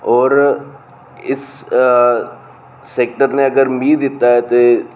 और इस सैक्टर ने अगर मीं दित्ता ऐ ते